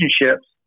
relationships